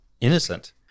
innocent